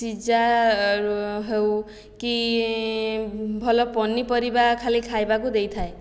ସିଝା ହେଉ କି ଭଲ ପନିପରିବା ଖାଲି ଖାଇବାକୁ ଦେଇଥାଏ